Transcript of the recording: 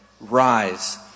Rise